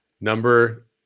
Number